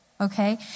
Okay